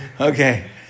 Okay